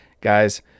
guys